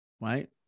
right